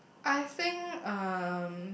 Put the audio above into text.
I think um